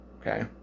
Okay